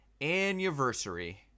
anniversary